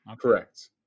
Correct